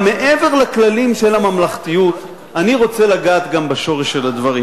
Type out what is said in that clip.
אבל מעבר לכללים של הממלכתיות אני רוצה לגעת גם בשורש של הדברים.